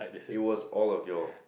it was all of you all